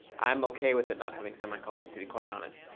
i'm ok with it not having semicolons, to be quite honest.